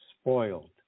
spoiled